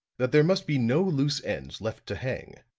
that there must be no loose ends left to hang.